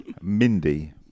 Mindy